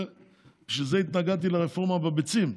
בשביל זה התנגדתי לרפורמה בביצים.